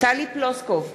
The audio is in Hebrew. טלי פלוסקוב,